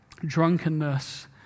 drunkenness